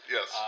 Yes